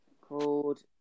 called